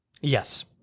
Yes